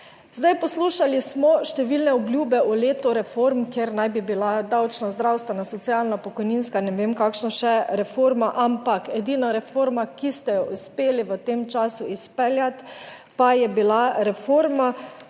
Zdaj, poslušali smo številne obljube o letu reform, kjer naj bi bila davčna, zdravstvena, socialna, pokojninska in ne vem kakšna še reforma, ampak edina reforma, ki ste jo uspeli v tem času izpeljati pa je bila reforma